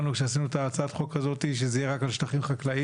כשעשינו את הצעת החוק הזאת לא התכוונו שזה יהיה רק על שטחים חקלאיים,